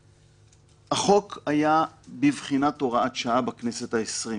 החוק היה בבחינת הוראת שעה בכנסת העשרים.